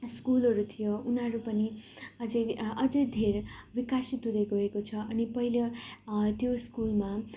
स्कुलहरू थियो उनीहरू पनि अझै अझै धेरै विकासित हुँदैगएको छ अनि पहिले त्यो स्कुलमा